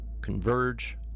Converge